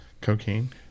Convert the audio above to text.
Cocaine